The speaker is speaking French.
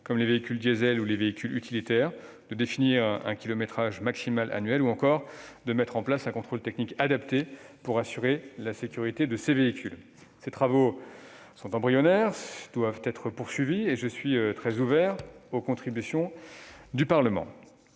comme les véhicules diesels ou les véhicules utilitaires ; à définir un kilométrage maximal annuel ; ou encore, à mettre en place un contrôle technique adapté pour assurer la sécurité de ces véhicules. Ces travaux embryonnaires doivent être poursuivis, et je suis très ouvert aux contributions du Parlement.